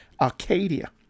Arcadia